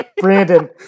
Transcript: Brandon